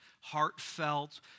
heartfelt